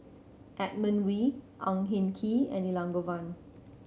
Edmund Wee Ang Hin Kee and Elangovan